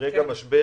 ברגע משבר